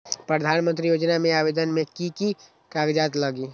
प्रधानमंत्री योजना में आवेदन मे की की कागज़ात लगी?